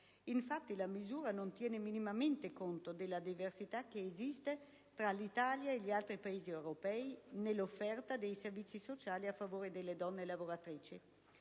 Infatti, la misura non tiene minimamente conto della diversità che esiste tra l'Italia e gli altri Paesi europei nell'offerta dei servizi sociali a favore delle donne lavoratrici.